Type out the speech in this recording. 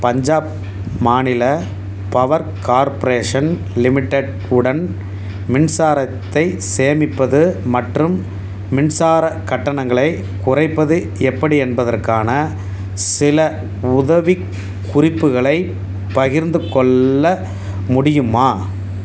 பஞ்சாப் மாநில power corporation limited உடன் மின்சாரத்தை சேமிப்பது மற்றும் மின்சாரக் கட்டணங்களைக் குறைப்பது எப்படி என்பதற்கான சில உதவிக் குறிப்புகளைப் பகிர்ந்துக் கொள்ள முடியுமா